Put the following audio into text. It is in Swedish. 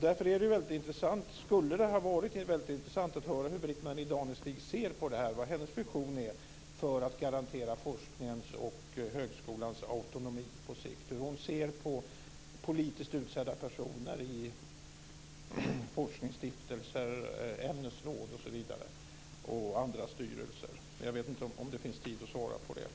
Därför skulle det ha varit väldigt intressant att höra hur Britt-Marie Danestig ser på detta, vad hennes vision är för att garantera forskningens och högskolans autonomi på sikt och hur hon ser på politiskt utsedda personer i forskningsstiftelser, ämnesråd och andra styrelser. Jag vet inte om det finns tid att svara på det.